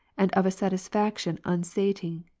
and of a satisfaction un sating.